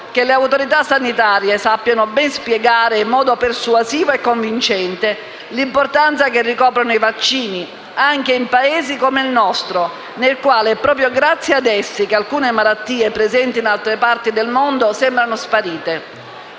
che le autorità sanitarie sappiano ben spiegare, in modo persuasivo e convincente, l'importanza che ricoprono i vaccini, anche in Paesi come il nostro nel quale proprio grazie ad essi alcune malattie, presenti in altre parti del mondo, sembrano sparite.